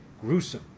gruesome